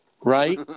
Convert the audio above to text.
Right